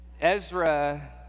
Ezra